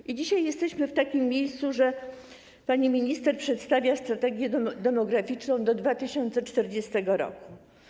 I dzisiaj jesteśmy w takim miejscu, że pani minister przedstawia strategię demograficzną do 2040 r.